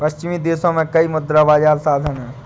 पश्चिमी देशों में कई मुद्रा बाजार साधन हैं